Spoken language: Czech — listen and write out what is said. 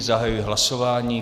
Zahajuji hlasování.